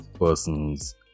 persons